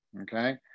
okay